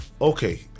Okay